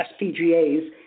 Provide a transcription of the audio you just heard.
SPGAs